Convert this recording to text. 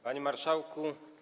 Panie Marszałku!